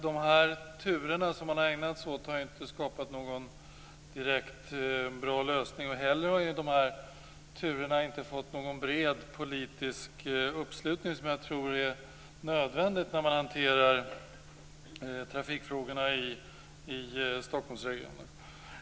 De turer som man har ägnat sig åt har inte direkt skapat någon bra lösning och heller inte fått någon bred politisk uppslutning, vilket jag tror är nödvändigt när man hanterar trafikfrågorna i Stockholmsregionen.